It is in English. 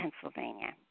Pennsylvania